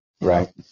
Right